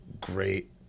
great